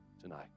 tonight